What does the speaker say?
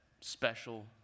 special